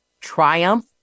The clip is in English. Triumph